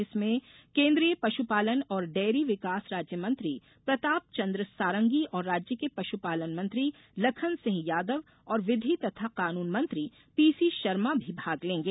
इसमें केन्द्रीय पशुपालन और डेयरो विकास राज्य मंत्री प्रतापचंद्र सारंगी और राज्य के पशुपालन मंत्री लखन सिंह यादव और विधि तथा कानून मंत्री पीसी शर्मा भी भाग लेंगे